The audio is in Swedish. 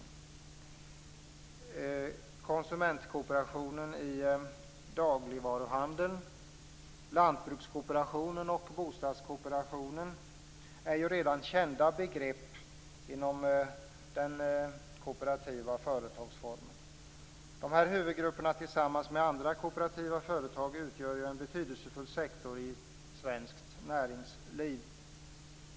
Konsumentkooperationen inom dagligvaruhandeln, lantbrukskooperationen och bostadskooperationen är redan kända begrepp inom den kooperativa företagsformen. Dessa huvudgrupper tillsammans med andra kooperativa företag utgör en betydelsefull sektor i svenskt näringsliv.